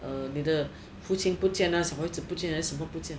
uh 你的父亲不见啊小孩子不见还是什么不见